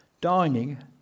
dining